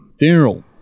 General